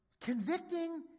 convicting